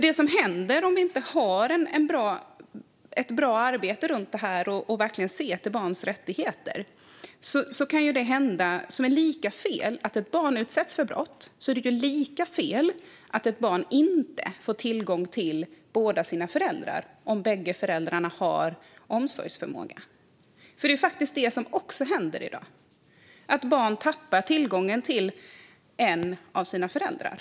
Det som händer om det inte finns ett bra arbete för att se till barns rättigheter är att ett barn inte får tillgång till båda sina föräldrar - vilket är lika fel - om bägge föräldrarna har omsorgsförmåga. Det är faktiskt också vad som händer i dag, det vill säga att barn tappar tillgången till en av sina föräldrar.